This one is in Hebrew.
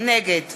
נגד